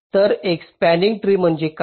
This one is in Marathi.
तर एक स्पंनिंग ट्री म्हणजे काय